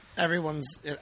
Everyone's